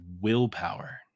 Willpower